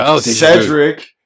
Cedric